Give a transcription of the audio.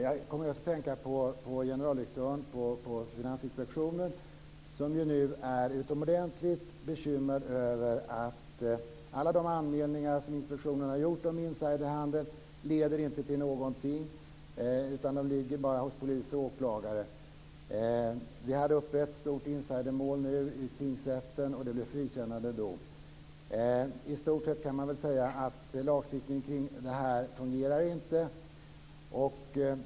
Jag kom att tänka på generaldirektören på Finansinspektionen, som är utomordentligt bekymrad över att alla de anmälningar som inspektionen har gjort om insiderhandel inte leder till någonting utan de ligger bara hos polis och åklagare. Det var ett stort insidermål i tingsrätten, och det blev frikännande dom. I stort sett går det att säga att lagstiftningen inte fungerar.